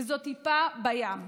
וזאת טיפה בים.